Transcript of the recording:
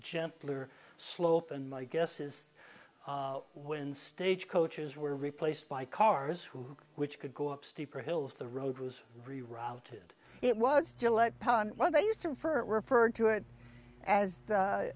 gentler slope and my guess is when stage coaches were replaced by cars who which could go up steeper hills the road was rerouted it was gillette pun what they used to refer referred to it as